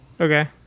Okay